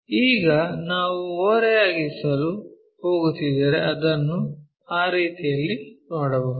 ಈಗ ನಾವು ಓರೆಯಾಗಿಸಲು ಹೋಗುತ್ತಿದ್ದರೆ ಅದನ್ನು ಆ ರೀತಿಯಲ್ಲಿ ನೋಡಬಹುದು